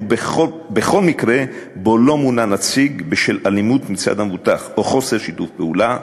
ובכל מקרה שבו לא מונה נציג בשל אלימות מצד המבוטח או חוסר שיתוף פעולה,